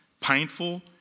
painful